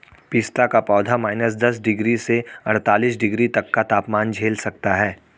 पिस्ता का पौधा माइनस दस डिग्री से अड़तालीस डिग्री तक का तापमान झेल सकता है